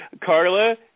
Carla